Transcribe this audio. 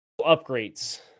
upgrades